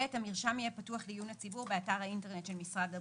המרשם יהיה פתוח לעיון הציבור באתר האינטרנט של משרד הבריאות.